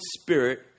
spirit